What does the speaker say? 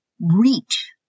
reach